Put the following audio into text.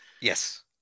Yes